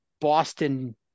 Boston